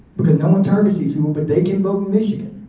because no one targets these people but they can vote michigan,